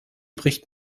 bricht